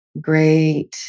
great